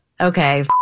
okay